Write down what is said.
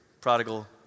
prodigal